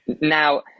now